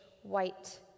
White